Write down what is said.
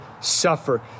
suffer